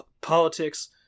politics